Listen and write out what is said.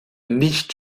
nicht